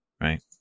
right